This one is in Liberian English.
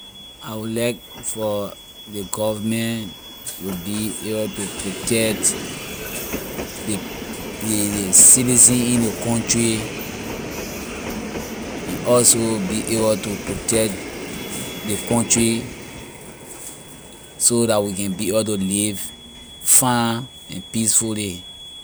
I will like for ley government will be able to protect ley ley ley citizen in ley country and also be able to protect ley country so that we can be able to live fine and peacefully.